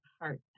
heart